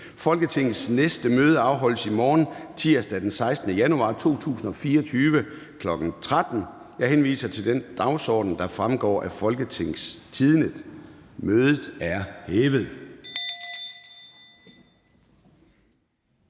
Folketingets næste møde afholdes i morgen, tirsdag den 16. januar 2024, kl. 13.00. Jeg henviser til den dagsorden, der fremgår af Folketingets hjemmeside.